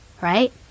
right